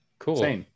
Cool